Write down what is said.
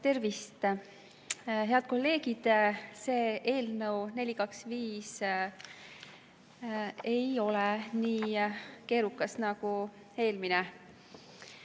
Tervist, head kolleegid! Eelnõu 425 ei ole nii keerukas nagu eelmine.